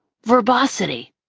verbosity,